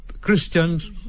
Christians